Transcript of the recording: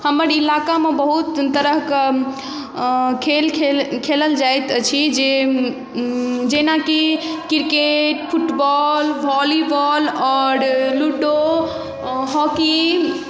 हमर इलाकामे बहुत तरहके अऽ खेल खेलल जाइत अछि जे जेनाकि क्रिकेट फुटबौल भौलीबौल आओर लूडो अऽ हॉकी